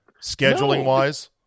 scheduling-wise